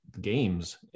games